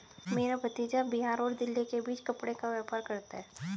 मेरा भतीजा बिहार और दिल्ली के बीच कपड़े का व्यापार करता है